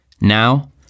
Now